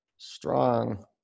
strong